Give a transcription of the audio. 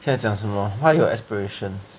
现在讲什么 what are your aspirations